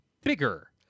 bigger